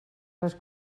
les